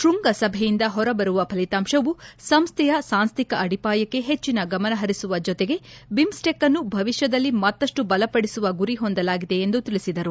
ಶೃಂಗಸಭೆಯಿಂದ ಹೊರ ಬರುವ ಫಲಿತಾಂಶವು ಸಂಸ್ಥೆಯ ಸಾಂಸ್ಟಿಕ ಅಡಿಪಾಯಕ್ಕೆ ಹೆಚ್ಚಿನ ಗಮನಹರಿಸುವ ಜೊತೆಗೆ ಬಿಮ್ಸ್ಟೆಕ್ನ್ನು ಭವಿಷ್ಠದಲ್ಲಿ ಮತ್ತಷ್ಟು ಬಲಪಡಿಸುವ ಗುರಿ ಹೊಂದಲಾಗಿದೆ ಎಂದು ತಿಳಿಸಿದರು